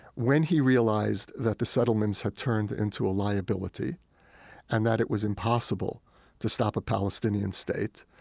when he realized that the settlements had turned into a liability and that it was impossible to stop a palestinian state,